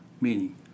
meaning